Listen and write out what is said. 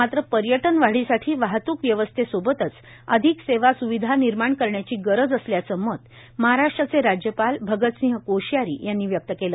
मात्र पर्यटन वाढीसाठी वाहतूक व्यवस्थेसोबतच अधिक सेवा सुविधा निर्माण करण्याची गरज असल्याचं मत महाराष्ट्राचे राज्यपाल भगतसिंह कोश्यारी यांनी व्यक्त केलं